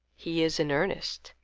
he is in earnest.